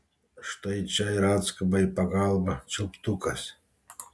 štai čia ir atskuba į pagalbą čiulptukas